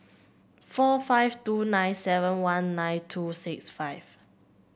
four five two nine seven one nine two six five